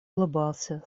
улыбался